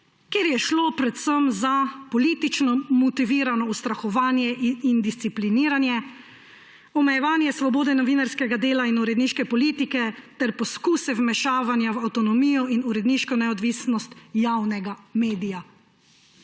kjer je šlo predvsem za politično motivirano ustrahovanje in discipliniranje, omejevanje svobode novinarskega dela in uredniške politike ter poskuse vmešavanja v avtonomijo in uredniško neodvisnost javnega medija.